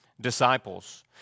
disciples